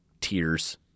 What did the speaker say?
tears